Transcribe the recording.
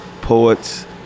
poets